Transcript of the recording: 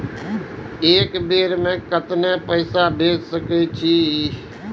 एक बार में केतना पैसा भेज सके छी?